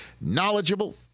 knowledgeable